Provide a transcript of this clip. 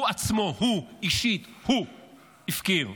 הוא עצמו, הוא אישית, הוא הפקיר.